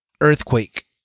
earthquake